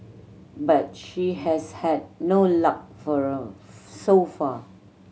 but she has had no luck for so far